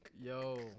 Yo